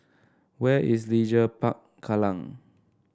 where is Leisure Park Kallang